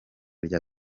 rya